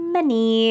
Money